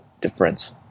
difference